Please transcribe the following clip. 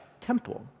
temple